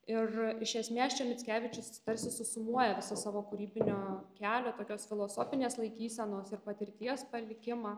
ir iš esmės čia mickevičius tarsi susumuoja visą savo kūrybinio kelio tokios filosofinės laikysenos ir patirties palikimą